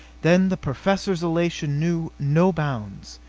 then the professor's elation knew no bounds.